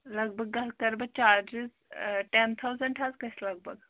لگ بگ حظ کَرٕ بہٕ چارجِز ٹٮ۪ن تھَاوزنٛڈ حظ گژھِ لگ بگ